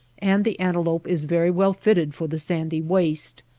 and the ante lope is very well fitted for the sandy waste.